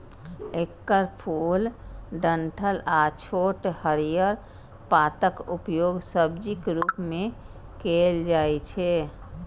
एकर फूल, डंठल आ छोट हरियर पातक उपयोग सब्जीक रूप मे कैल जाइ छै